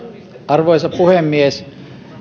arvoisa puhemies